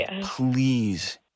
Please